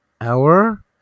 hour